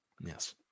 Yes